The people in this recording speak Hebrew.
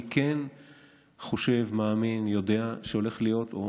אני כן חושב, מאמין, יודע, שהולך להיות או